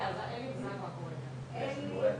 לא,